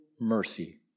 mercy